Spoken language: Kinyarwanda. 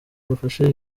bafashe